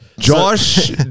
Josh